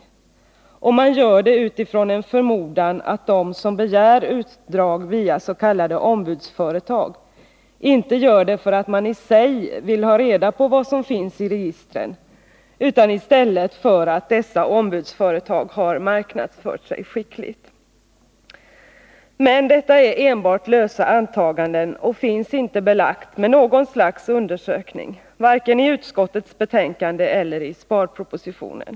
Majoriteten gör detta utifrån en förmodan att de som begär utdrag via s.k. ombudsföretag inte gör detta för att de i sig vill ha reda på vad som finns i registren, utan för att dessa ombudsföretag har marknadsfört sig skickligt. Men detta är enbart lösa antaganden som inte är belagda av något slags undersökning, varken i utskottets betänkande eller i sparpropositionen.